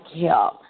help